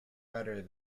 better